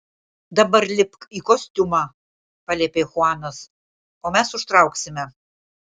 dabar lipk į kostiumą paliepė chuanas o mes užtrauksime